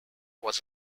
was